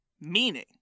Meaning